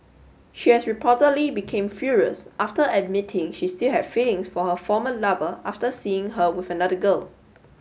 she has reportedly became furious after admitting she still had feelings for her former lover after seeing her with another girl